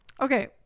Okay